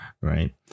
right